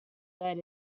that